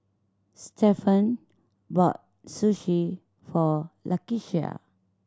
Stephen bought Sushi for Lakeisha